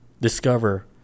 discover